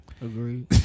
Agreed